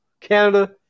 Canada